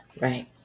Right